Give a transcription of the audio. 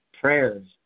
prayers